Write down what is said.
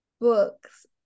books